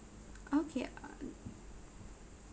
okay uh